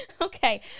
Okay